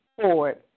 forward